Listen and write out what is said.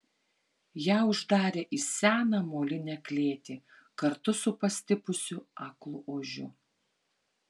ją uždarė į seną molinę klėtį kartu su pastipusiu aklu ožiu